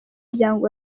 muryango